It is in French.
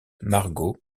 margot